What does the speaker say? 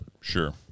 sure